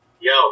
Yo